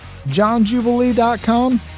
JohnJubilee.com